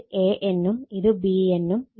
ഇത് AN ഉം ഇത് BN ഉം ഇത് CN ഉം ആണ്